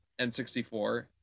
N64